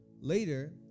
Later